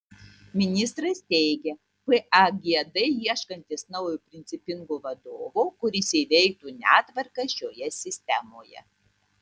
ministras teigia pagd ieškantis naujo principingo vadovo kuris įveiktų netvarką šioje sistemoje